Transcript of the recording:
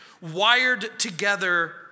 wired-together